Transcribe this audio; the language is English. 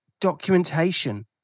documentation